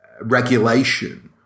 regulation